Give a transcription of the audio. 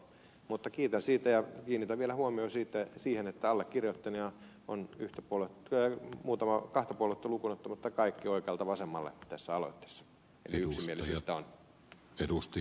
mutta kiitän kommenteista ja kiinnitän vielä huomion siihen että allekirjoittajina on kahta puoluetta lukuun ottamatta kaikki oikealta vasemmalle tässä aloitteessa eli yksimielisyyttä on